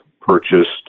purchased